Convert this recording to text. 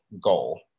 goal